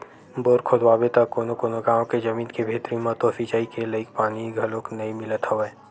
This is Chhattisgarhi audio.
बोर खोदवाबे त कोनो कोनो गाँव के जमीन के भीतरी म तो सिचई के लईक पानी घलोक नइ मिलत हवय